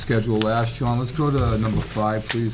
schedule last year on let's go to number five t